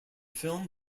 film